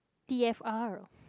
t_f_r